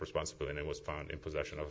responsible and it was found in possession of